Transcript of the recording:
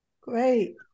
Great